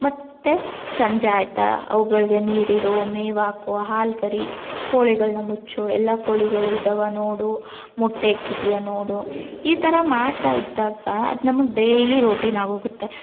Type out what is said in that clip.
ಮತ್ತು ಸಂಜೆ ಆಯ್ತಾ ಅವುಗಳಿಗೆ ನೀರಿಡು ಮೇವಾಕು ಹಾಲು ಕರಿ ಕೋಳಿಗಳನ್ನ ಮುಚ್ಚು ಎಲ್ಲ ಕೋಳಿಗಳು ಇದಾವ ನೋಡು ಮೊಟ್ಟೆ ಇಕ್ಕಿದೆಯಾ ನೋಡು ಈ ಥರ ಮಾಡ್ತಾಯಿದ್ದಾಗ ಅದು ನಮಗೆ ಡೈಲಿ ರೋಟೀನ್ ಆಗೋಗುತ್ತೆ